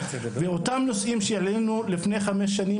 ואותם נושאים שהעלינו לפני חמש שנים,